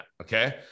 okay